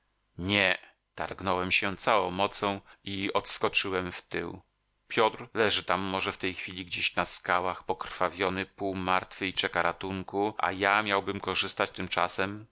nie targnąłem się całą mocą i odskoczyłem w tył piotr leży tam może w tej chwili gdzieś na skałach pokrwawiony pół martwy i czeka ratunku a ja miałbym korzystać tymczasem